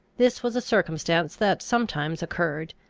this was a circumstance that sometimes occurred,